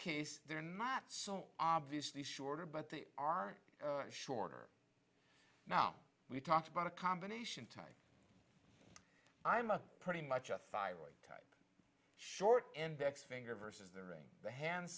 case they're not so obviously shorter but they are shorter now we've talked about a combination type i'm a pretty much a thyroid type short end x finger versus the way the hand